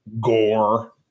gore